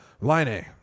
line